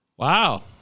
Wow